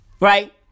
right